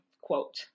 quote